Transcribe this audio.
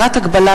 הגז.